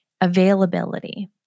availability